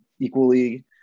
equally